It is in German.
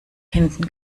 hinten